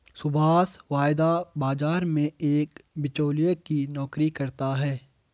सुभाष वायदा बाजार में एक बीचोलिया की नौकरी करता है